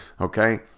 okay